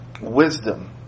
wisdom